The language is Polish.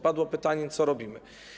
Padło pytanie, co robimy.